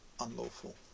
unlawful